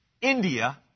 India